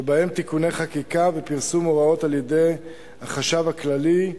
ובהם תיקוני חקיקה ופרסום הוראות על-ידי החשב הכללי,